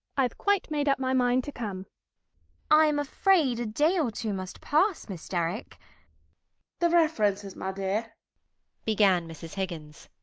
i've quite made up my mind to come i'm afraid a day or two must pass, miss derrick the references, my dear began mrs. higgins.